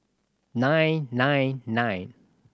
nine nine nine